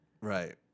Right